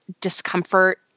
discomfort